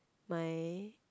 my